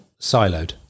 siloed